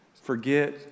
forget